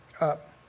up